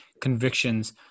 convictions